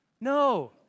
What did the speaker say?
No